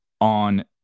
on